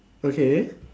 okay